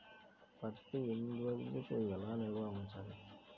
పత్తి ఎన్ని రోజులు ఎలా నిల్వ ఉంచాలి?